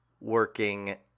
working